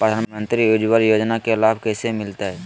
प्रधानमंत्री उज्वला योजना के लाभ कैसे मैलतैय?